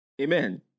Amen